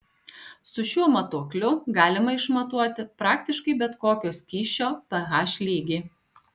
su šiuo matuokliu galima išmatuoti praktiškai bet kokio skysčio ph lygį